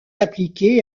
appliqués